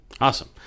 Awesome